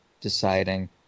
deciding